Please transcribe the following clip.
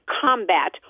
combat